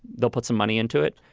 they'll put some money into it.